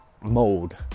mode